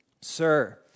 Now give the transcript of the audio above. sir